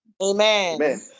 Amen